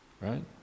right